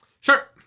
Sure